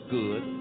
good